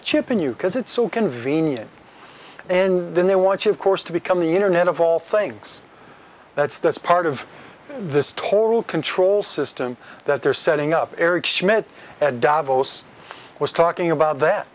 a chip in you because it's so convenient and then they want you of course to become the internet of all things that's that's part of the total control system that they're setting up eric schmidt at davos was talking about that